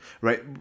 Right